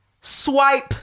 Swipe